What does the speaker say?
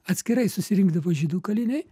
atskirai susirinkdavo žydų kaliniai